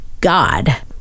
God